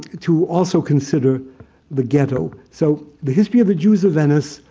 to also consider the ghetto. so the history of the jews of venice,